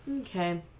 Okay